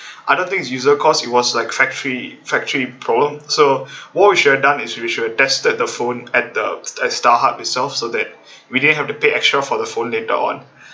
I don't think it's user cause it was like factory factory problem so what we should have done is we should tested the phone at the at starhub itself so that we didn't have to pay extra for the phone later on